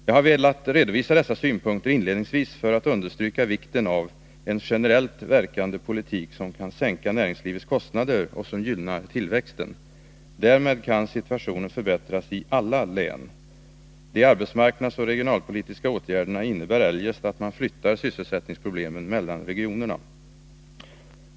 Jag har velat redovisa dessa synpunkter inledningsvis för att understryka vikten av en generellt verkande politik som kan sänka näringslivets kostnader och som gynnar tillväxten. Därmed kan situationen förbättras i alla län. De arbetsmarknadsoch regionalpolitiska åtgärderna innebär eljest att man flyttar sysselsättningsproblemen mellan regionerna.